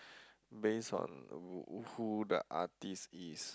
based on w~ who the artist is